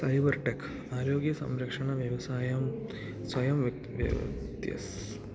cyber tech ആരോഗ്യ സംരക്ഷണ വ്യവസായം സ്വയം